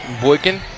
Boykin